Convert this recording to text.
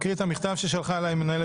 לסעיף השלישי שהוא של יושבת ראש ועדת